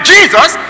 Jesus